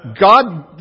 God